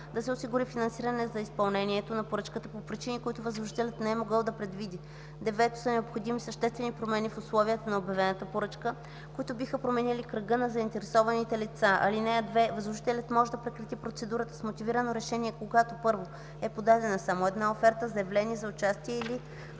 да се осигури финансиране за изпълнението на поръчката по причини, които възложителят не е могъл да предвиди; 9. са необходими съществени промени в условията на обявената поръчка, които биха променили кръга на заинтересованите лица. (2) Възложителят може да прекрати процедурата с мотивирано решение, когато: 1. е подадена само една оферта, заявление за участие или